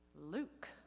Luke